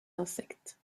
insectes